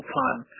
time